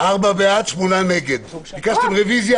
אנשים הוסיפו עוד משהו, בלי קשר.